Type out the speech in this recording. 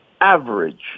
average